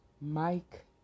Mike